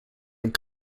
and